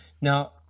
Now